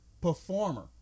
performer